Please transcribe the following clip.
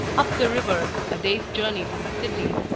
up the river, a day's journey from the city,